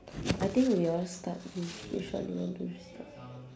I think we all start with which one you want to start